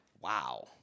Wow